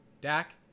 Dak